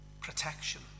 protection